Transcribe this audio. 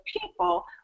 people